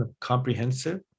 comprehensive